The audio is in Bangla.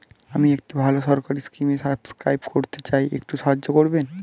আমি একটি ভালো সরকারি স্কিমে সাব্সক্রাইব করতে চাই, একটু সাহায্য করবেন?